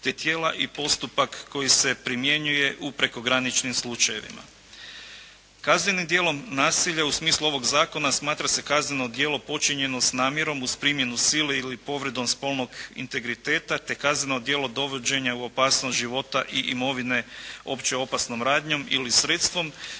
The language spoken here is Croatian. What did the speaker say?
te tijela i postupak koji se primjenjuje u prekograničnim slučajevima. Kaznenim djelom nasilja u smislu ovog zakona smatra se kazneno djelo počinjeno s namjerom uz primjenu sile ili povredom spolnog integriteta te kazneno djelo dovođenja u opasnost života i imovine uopće opasnom radnjom ili sredstvom